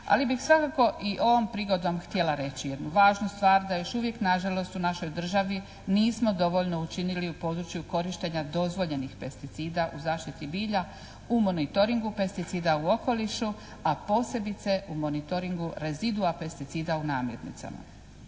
Ali bih svakako i ovom prigodom htjela reći jednu važnu stvar da još uvijek nažalost u našoj državi nismo dovoljno učinili u području korištenja dozvoljenih pesticida u zaštiti bilja u monitoringu, pesticida u okolišu a posebice u monitoringu rezidua pesticida u namirnicama.